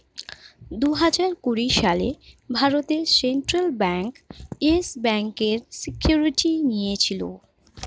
দুহাজার কুড়ি সালে ভারতের সেন্ট্রাল ব্যাঙ্ক ইয়েস ব্যাঙ্কের সিকিউরিটি নিয়েছিল